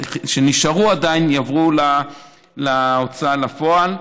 החובות שעדיין נשארו יעברו להוצאה לפועל.